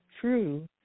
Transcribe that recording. true